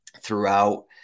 throughout